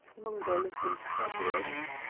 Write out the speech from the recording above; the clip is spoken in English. mungo looked incredulous.